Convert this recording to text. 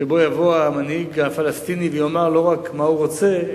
שבו יבוא המנהיג הפלסטיני ויאמר לא רק מה הוא רוצה,